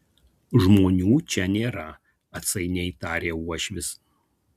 žmonių čia nėra atsainiai tarė uošvis